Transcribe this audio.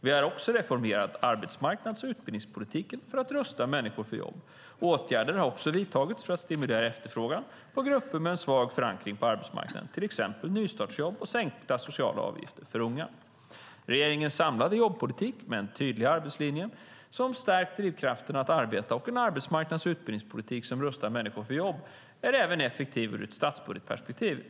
Vi har också reformerat arbetsmarknads och utbildningspolitiken för att rusta människor för jobb. Åtgärder har också vidtagits för att stimulera efterfrågan på grupper med en svag förankring på arbetsmarknaden, till exempel nystartsjobb och sänkta socialavgifter för unga. Regeringens samlade jobbpolitik, med en tydlig arbetslinje som har stärkt drivkrafterna att arbeta och en arbetsmarknads och utbildningspolitik som rustar människor för jobb, är även effektiv ur ett statsbudgetperspektiv.